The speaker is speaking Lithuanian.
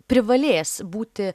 privalės būti